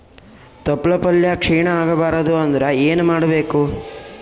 ತೊಪ್ಲಪಲ್ಯ ಕ್ಷೀಣ ಆಗಬಾರದು ಅಂದ್ರ ಏನ ಮಾಡಬೇಕು?